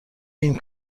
ایم